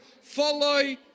Follow